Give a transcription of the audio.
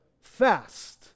fast